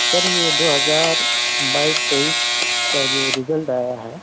سر یہ دو ہزار بائیس تیئیس کا جو رزلٹ آیا ہے